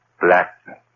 Blackness